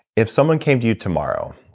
if someone came to you tomorrow